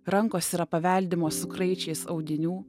rankos yra paveldimos su kraičiais audinių